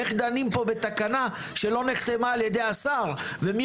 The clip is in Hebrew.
איך דנים פה בתקנה שלא נחתמה על ידי השר ומי